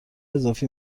اضافی